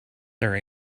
there